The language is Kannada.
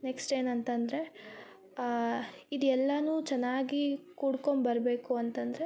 ನೆಕ್ಸ್ಟ್ ಏನಂತ ಅಂದ್ರೆ ಇದೆಲ್ಲವೂ ಚೆನ್ನಾಗಿ ಕೂಡ್ಕೊಂಡು ಬರಬೇಕು ಅಂತ ಅಂದ್ರೆ